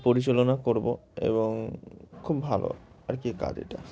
পরিচালনা করব এবং খুব ভালো আর কি কাজ এটা